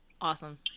Awesome